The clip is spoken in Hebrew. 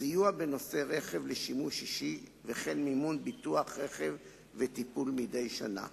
סיוע בנושא רכב לשימוש אישי וכן מימון ביטוח רכב וטיפול מדי שנה,